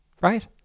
Right